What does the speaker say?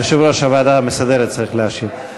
יושב-ראש הוועדה המסדרת צריך להשיב.